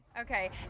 Okay